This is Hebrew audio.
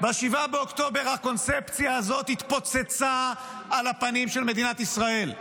ב-7 באוקטובר הקונספציה הזאת התפוצצה על הפנים של מדינת ישראל.